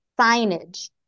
signage